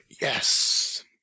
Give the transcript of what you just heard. Yes